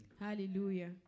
Hallelujah